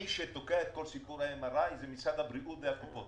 מי שתוקע את כל סיפור ה-MRI זה משרד הבריאות והקופות.